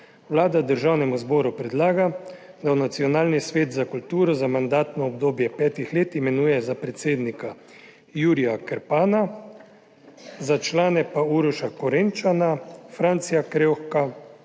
Vlada Državnemu zboru predlaga, da v Nacionalni svet za kulturo za mandatno obdobje petih let imenuje za predsednika Jurija Krpana, za člane pa Uroša Korenčana, Francija Krevha,